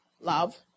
Love